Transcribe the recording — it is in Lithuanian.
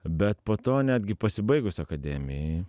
bet po to netgi pasibaigus akademijai